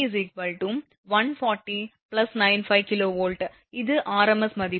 95 kV இது rms மதிப்பு